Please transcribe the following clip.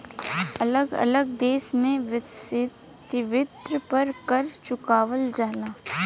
अलग अलग देश में वेश्यावृत्ति पर कर चुकावल जाला